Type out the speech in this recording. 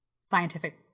scientific